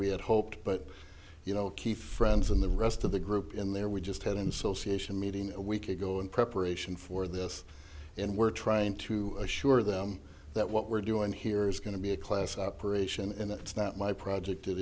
we had hoped but you know key friends and the rest of the group in there we just had in so c h a meeting a week ago in preparation for this and we're trying to assure them that what we're doing here is going to be a class operation and it's not my project it